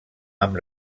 amb